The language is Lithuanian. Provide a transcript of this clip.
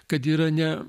kad yra ne